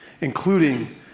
including